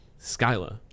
Skyla